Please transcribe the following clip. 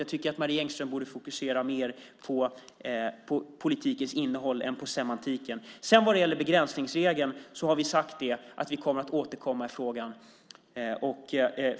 Jag tycker att Marie Engström borde fokusera mer på politikens innehåll än på semantiken. När det gäller begränsningsregeln har vi sagt att vi ska återkomma i frågan.